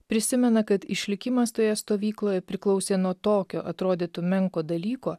prisimena kad išlikimas toje stovykloje priklausė nuo tokio atrodytų menko dalyko